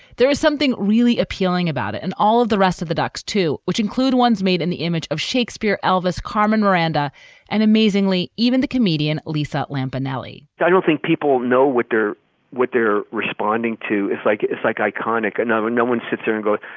there is something really appealing about it and all of the rest of the ducks, too, which include ones made in the image of shakespeare, elvis, carmen, miranda and amazingly, even the comedian lisa lampanelli i don't think people know what they're what they're responding to. it's like it's like iconic. and another and no one sits there. and.